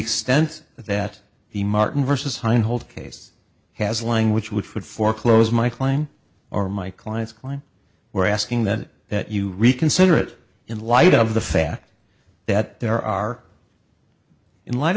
extent that the martin vs hine hold case has language which would foreclose my playing are my clients client were asking that that you reconsider it in light of the fact that there are in light